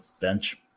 bench